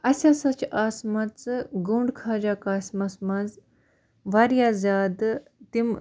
اسہِ ہَسا چھِ آسمَژٕ گُنٛڈ خواجہ قاسمَس مَنٛز واریاہ زیادٕ تِم